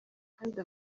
kandi